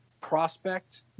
prospect